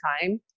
time